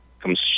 comes